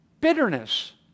bitterness